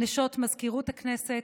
נשות מזכירות הכנסת,